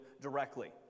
directly